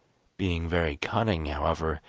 being very cunning, however,